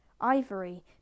Ivory